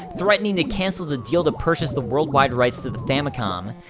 threatening to cancel the deal to purchase the worldwide right to the famicom.